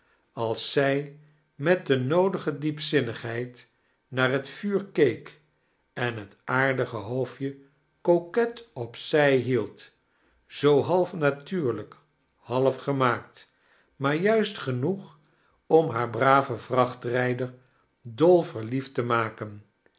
als zij met de noodige diepzinnigbeid naar bet vuur keek en het aardige hoofdje coquet op zij meld zoo half natuurlijk half gemaakt maar juist genoeg om haar braven vrachtrijder dol verliefd te maken